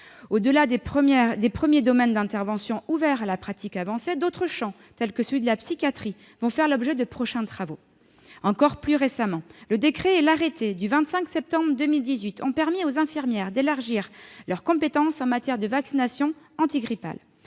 Au-delà des premiers domaines d'intervention ouverts à la pratique avancée, d'autres champs, tel celui de la psychiatrie, vont faire l'objet de prochains travaux. Encore plus récemment, le décret et l'arrêté du 25 septembre 2018 ont permis aux infirmières d'élargir leurs compétences en matière de vaccination antigrippale.